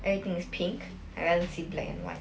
everything is pink I rather see black and white